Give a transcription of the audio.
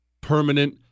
Permanent